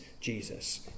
Jesus